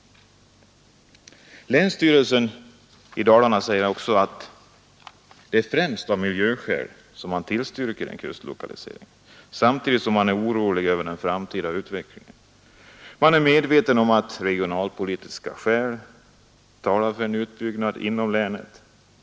Länsstyrelsen i Kopparbergs län säger också att det är av miljöskäl som man tillstyrker en kustlokalisering, samtidigt som man är orolig över den framtida utvecklingen. Man är medveten om att regionalpolitiska skäl talar för en utbyggnad inom länet.